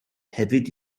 hefyd